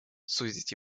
сузить